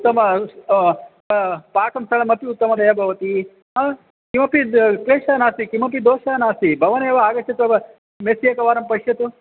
उत्तम स् पाकं स्थलमपि उत्तमतया भवति किमपि द् क्लेशः नास्ति किमपि दोषः नास्ति भवानेव आगच्छतु व मेस् एकवारं पश्यतु